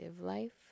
life